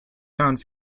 found